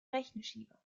rechenschieber